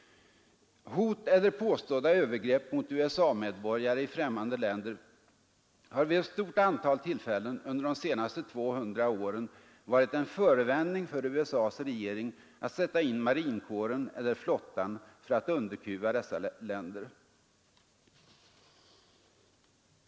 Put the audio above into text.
Hot eller påstådda övergrepp mot USA-medborgare i främmande länder har vid ett stort antal tillfällen under de senaste 200 åren varit en förevändning för USA:s regering att sätta in marinkåren eller flottan för att underkuva dessa länder.